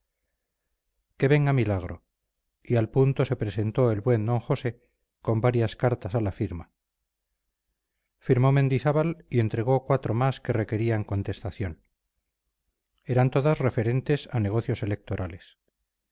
que venga milagro y al punto se presentó el buen d josé con varias cartas a la firma firmó mendizábal y entregó cuatro más que requerían contestación eran todas referentes a negocios electorales